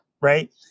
Right